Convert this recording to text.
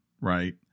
right